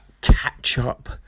catch-up